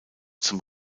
zum